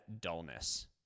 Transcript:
dullness